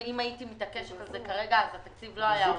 אם הייתי מתעקשת על זה כרגע אז התקציב לא היה עובר.